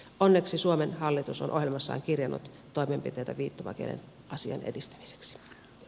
onneksi suomen hallitus on ohjelmassaan kirjannut toimenpiteitä viittomakielen asian edistämiseksi